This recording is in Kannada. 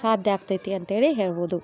ಸಾಧ್ಯ ಆಗ್ತೈತಿ ಅಂತ್ಹೇಳಿ ಹೇಳ್ಬೋದು